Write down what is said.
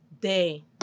day